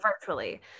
virtually